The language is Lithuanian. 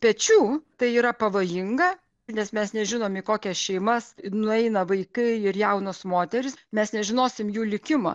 pečių tai yra pavojinga nes mes nežinom į kokias šeimas nueina vaikai ir jaunos moterys mes mes nežinosim jų likimo